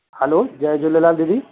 hello जय झूलेलाल दीदी